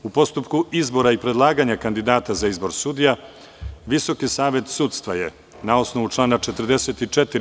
U postupku izbora i predlaganja kandidata za izbor sudija, VSS je na osnovu člana 44.